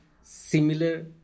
similar